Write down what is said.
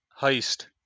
heist